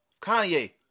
Kanye